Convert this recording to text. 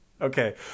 okay